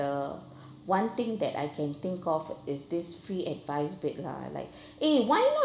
the one thing that I can think of is this free advice bit lah like eh why not